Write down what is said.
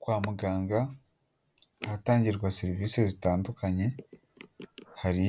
Kwa muganga ahatangirwa serivisi zitandukanye, hari